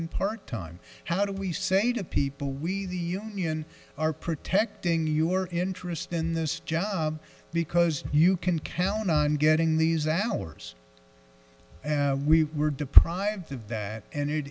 and part time how do we say to people we the un are protecting your interest in this job because you can count on getting these hours and we were deprived of that and it